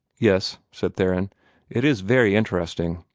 yes, said theron it is very interesting.